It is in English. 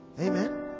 Amen